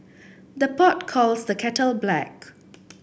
the pot calls the kettle black